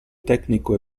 tecnico